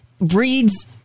breeds